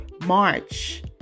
March